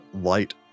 light